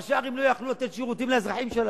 ראשי ערים לא יכלו לתת שירותים לאזרחים שלהם.